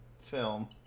film